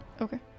Okay